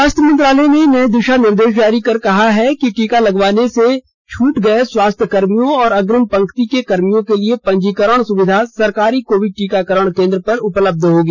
स्वास्थ्य मंत्रालय ने नए दिशा निर्देश जारी कर कहा है कि टीका लगवाने से में छूट गए स्वास्थ्य कर्मियों और अग्रिम पंक्ति के कर्मियों के लिए पंजीकरण सुविधा सरकारी कोविड टीकाकरण केंद्र पर उपलब्ध होगी